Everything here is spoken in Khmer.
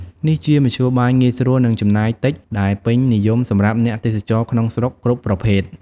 នេះជាមធ្យោបាយងាយស្រួលនិងចំណាយតិចដែលពេញនិយមសម្រាប់អ្នកទេសចរក្នុងស្រុកគ្រប់ប្រភេទ។